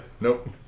Nope